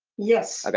yes. okay,